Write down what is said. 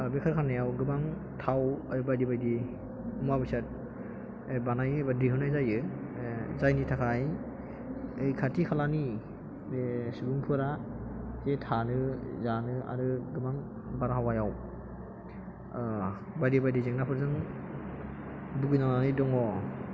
बे कारखानायाव गोबां थाव आरो बायदि बायदि मुवा बेसाद बानायो एबा दिहुननाय जायो जायनि थाखाय खाथि खालानि बे सुबुंफोरा जे थानो जानो आरो गोबां बारहावायाव बायदि बायदि जेंनाफोरजों भुगिनांनानै दङ